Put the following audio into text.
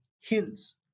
hints